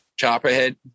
Chopperhead